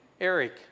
Eric